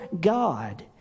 God